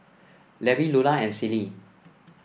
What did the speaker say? Levi Lulla and Celie